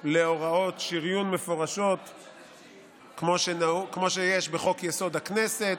להוראות שריון מפורשות כמו שיש בחוק-יסוד: הכנסת,